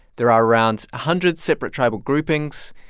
there are around a hundred separate tribal groupings,